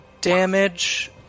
damage